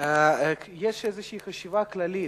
יש איזו חשיבה כללית,